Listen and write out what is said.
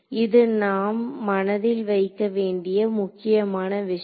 இது நாம் மனதில் வைக்க வேண்டிய முக்கியமான விஷயம்